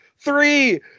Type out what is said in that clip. Three